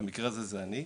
במקרה הזה זה אני.